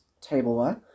tableware